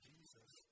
Jesus